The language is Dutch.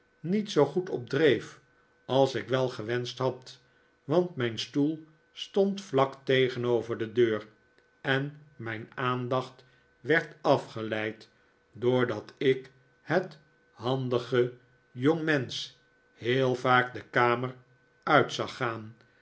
niet zoo goed op dreef als ik wel gewenscht had want mijn stoel stond vlak tegenover de deur en mijn aandacht werd afgeleid doordat ik het handige jongmensch heel vaak de kamer uit zag gaan